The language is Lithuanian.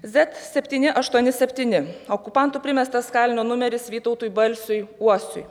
zet septyni aštuoni septyni okupantų primestas kalinio numeris vytautui balsiui uosiui